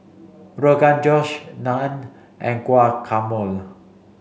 Rogan Josh Naan and Guacamole